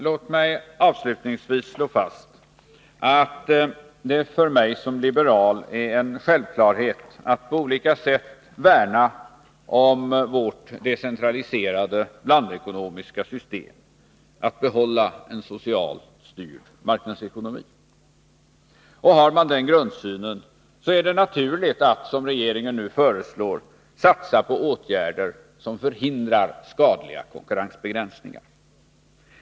Låt mig avslutningsvis slå fast att det för mig som liberal är en självklarhet att på olika sätt värna om vårt decentraliserade blandekonomiska system, att behålla en socialt styrd marknadsekonomi. Har man den grundsynen, är det naturligt att som regeringen nu föreslår satsa på åtgärder som förhindrar skadliga konkurrensbegränsningar.